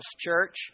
church